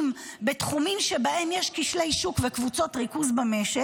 בתחומים שבהם יש כשלי שוק וקבוצות ריכוז במשק,